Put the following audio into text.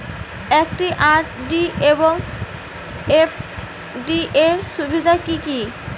একটি আর.ডি এবং এফ.ডি এর সুবিধা কি কি?